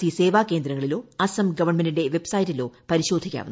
C സേവാ കേന്ദ്രങ്ങളിലോ അസം ഗവൺമെന്റിന്റെ വെബ്സൈറ്റിലോ പരിശോധിക്കാവുന്നതാണ്